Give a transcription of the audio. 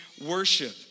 worship